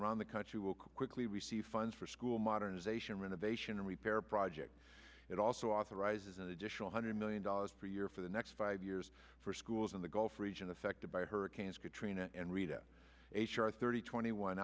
around the country will quickly receive funds for school modernization renovation repair project it also authorizes an additional hundred million dollars per year for the next five years for schools in the gulf region affected by hurricanes katrina and rita h r thirty twenty one